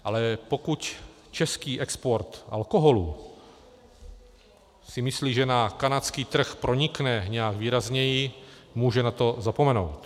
A pokud český export alkoholu si myslí, že na kanadský trh pronikne nějak výrazněji, může na to zapomenout.